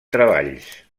treballs